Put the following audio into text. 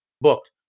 booked